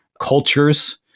cultures